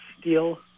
steel